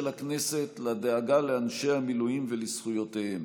הכנסת לדאגה לאנשי המילואים ולזכויותיהם,